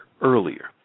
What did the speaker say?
earlier